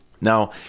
now